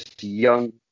young